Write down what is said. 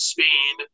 Spain